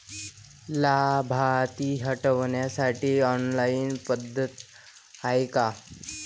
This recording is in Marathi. लाभार्थी हटवासाठी ऑनलाईन पद्धत हाय का?